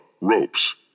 ropes